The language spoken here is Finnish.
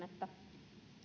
että